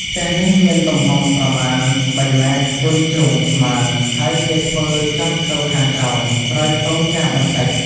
ផ្ទះនេះមានទំហំប្រមាណ ៣ម. បួនជ្រុងស្មើ ហើយគេធ្វើចុះទៅខាងក្រោម ក្រោយខ្ទមចាស់បន្តិច ។